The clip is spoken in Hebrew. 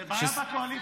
אבל למה?